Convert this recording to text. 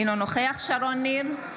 אינו נוכח שרון ניר,